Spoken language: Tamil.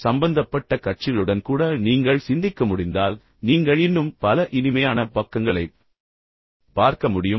சம்பந்தப்பட்ட கட்சிகளுடன் கூட நீங்கள் சிந்திக்க முடிந்தால் நீங்கள் இன்னும் பல இனிமையான பக்கங்களைப் பார்க்க முடியும்